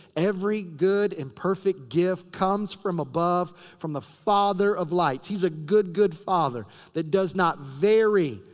every good and perfect gift comes from above. from the father of lights. he's a good good father that does not vary.